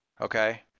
okay